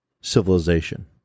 civilization